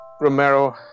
Romero